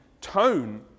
tone